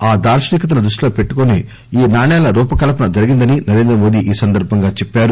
ఆ దార్శనీకతను దృష్టిలో పెట్టుకుని ఈ నాణేల రూపకల్సన జరిగిందని నరేంద్రమోదీ చెప్పారు